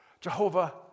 Jehovah